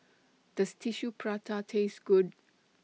Does Tissue Prata Taste Good